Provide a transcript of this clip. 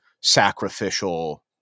sacrificial